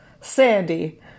Sandy